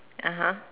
(uh huh)